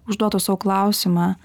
užduotų sau klausimą